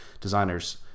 designers